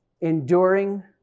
enduring